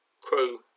crew